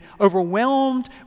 overwhelmed